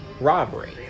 robbery